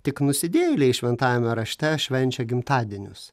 tik nusidėjėliai šventajame rašte švenčia gimtadienius